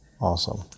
Awesome